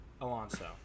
Alonso